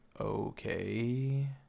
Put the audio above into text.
okay